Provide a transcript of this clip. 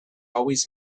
always